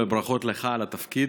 ברכות לך על התפקיד,